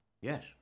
yes